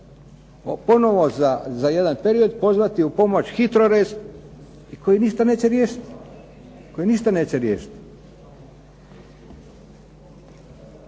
ponovno za jedan period pozvati u pomoć HITROREZ i koji ništa neće riješiti.